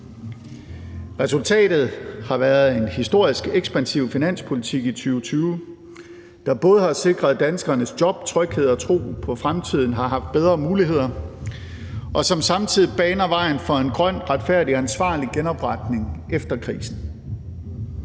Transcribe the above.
Resultatet har været en historisk ekspansiv finanspolitik i 2020, der både har sikret danskernes job og tryghed, og troen på fremtiden har haft bedre muligheder, og det har samtidig banet vejen for en grøn, retfærdig og ansvarlig genopretning efter krisen.